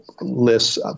lists